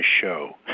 show